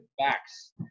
facts